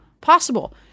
possible